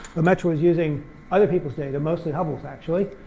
lemaitre was using other people's data mostly hubble's actually.